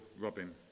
Robin